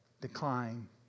decline